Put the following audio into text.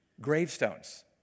gravestones